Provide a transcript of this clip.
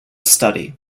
study